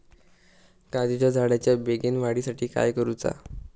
काजीच्या झाडाच्या बेगीन वाढी साठी काय करूचा?